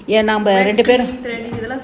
waxing threading இதெல்லாம் செய்யணும்:ithellam seiyanum